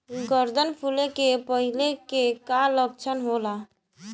गर्दन फुले के पहिले के का लक्षण होला?